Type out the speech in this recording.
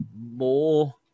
more